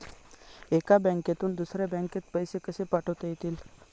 एका बँकेतून दुसऱ्या बँकेत पैसे कसे पाठवता येतील?